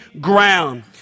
ground